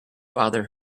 bother